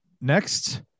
Next